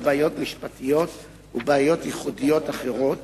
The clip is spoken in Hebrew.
בעיות משפטיות ובעיות ייחודיות אחרות,